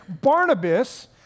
Barnabas